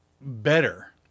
better